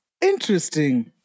interesting